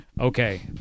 Okay